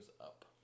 up